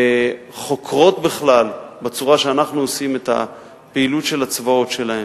שחוקרות בכלל בצורה שאנחנו עושים את הפעילות של הצבאות שלהן,